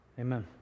Amen